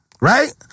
right